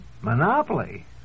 Monopoly